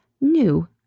new